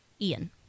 Ian